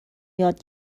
یاد